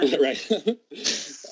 Right